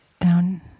down